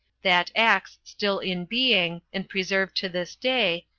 that axe still in being, and preserved to this day,